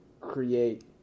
create